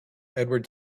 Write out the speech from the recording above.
edward